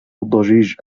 الضجيج